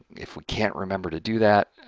if we can't remember to do that,